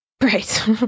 Right